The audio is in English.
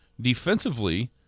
defensively